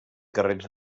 carrets